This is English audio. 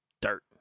dirt